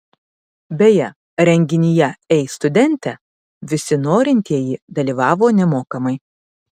beje renginyje ei studente visi norintieji dalyvavo nemokamai